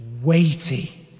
weighty